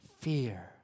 Fear